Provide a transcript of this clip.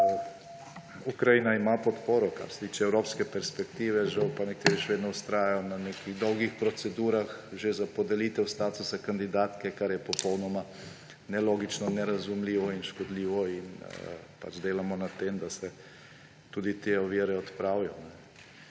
Ukrajina ima podporo, kar se tiče evropske perspektive, žal pa nekateri še vedno vztrajajo na nekih dolgih procedurah, že za podelitev statusa kandidatke, kar je popolnoma nelogično, nerazumljivo in škodljivo. Delamo na tem, da se tudi te ovire odpravijo.